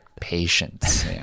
Patience